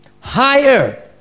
higher